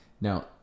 Now